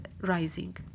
rising